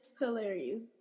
hilarious